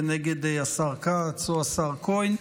כנגד השר כץ או השר כהן,